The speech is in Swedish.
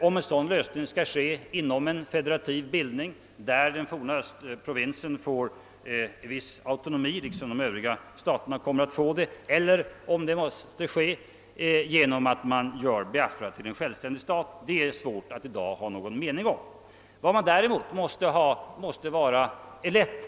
Om en sådan lösning skall :ske inom en federativ sammanslutning, där den forna Östprovinsen får en viss autonomi eller om lösningen måste ske genom att man gör Biafra till en självständig stat, är det svårt att i dag ha någon mening om.